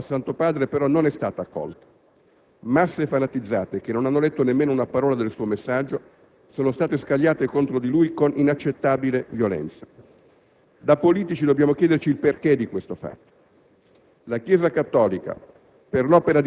La proposta di un serio dialogo teologico fatta dal Santo Padre però non è stata accolta. Masse fanatizzate che non hanno letto nemmeno una parola del suo messaggio sono state scagliate contro di lui con inaccettabile violenza. Da politici dobbiamo chiederci il perché di questo fatto.